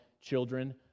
children